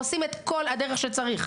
עושים את כל הדרך שצריך.